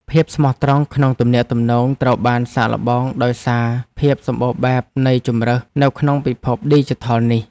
ភាពស្មោះត្រង់ក្នុងទំនាក់ទំនងត្រូវបានសាកល្បងដោយសារភាពសម្បូរបែបនៃជម្រើសនៅក្នុងពិភពឌីជីថលនេះ។